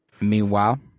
Meanwhile